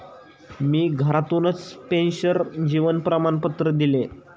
मी घरातूनच पेन्शनर जीवन प्रमाणपत्र दिले